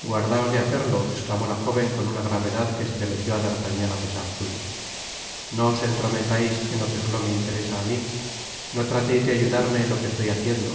guardaos de hacerlo esclamó la jóven con una gravedad que estremeció á d'artagnan apesarsuyo no os entrometais en lo que solo me interesa á mi no trateis de ayudarme en lo que estoy haciendo